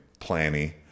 planny